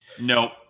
Nope